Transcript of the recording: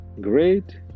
great